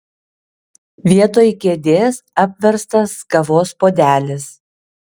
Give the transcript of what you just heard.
vietoj kėdės apverstas kavos puodelis